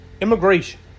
immigration